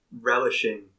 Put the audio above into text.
relishing